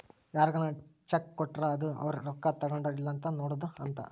ಯಾರ್ಗನ ಚೆಕ್ ಕೊಟ್ರ ಅದು ಅವ್ರ ರೊಕ್ಕ ತಗೊಂಡರ್ ಇಲ್ಲ ಅಂತ ನೋಡೋದ ಅಂತ